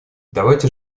давайте